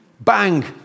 Bang